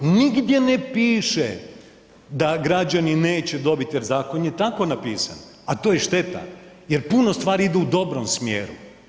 Nigdje ne piše da građani neće dobiti, jer zakon je tako napisan, a to je šteta jer puno stvari idu u dobrom smjeru.